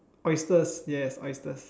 oysters yes oysters